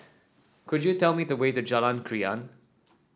could you tell me the way to Jalan Krian